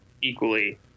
Equally